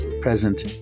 present